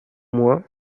moins